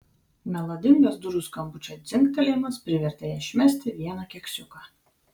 melodingas durų skambučio dzingtelėjimas privertė ją išmesti vieną keksiuką